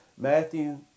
Matthew